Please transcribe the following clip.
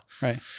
Right